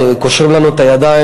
קושרים לנו את הידיים,